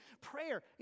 prayer